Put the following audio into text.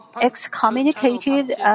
excommunicated